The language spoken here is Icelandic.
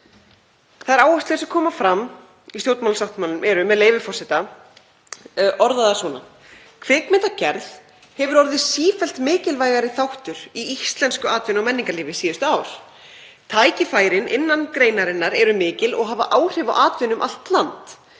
stjórnarsáttmálanum eru, með leyfi forseta, orðaðar svona: „Kvikmyndagerð hefur orðið sífellt mikilvægari þáttur í íslensku atvinnu- og menningarlífi síðustu ár. Tækifærin innan greinarinnar eru mikil og hafa áhrif á atvinnu um allt land.